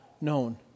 known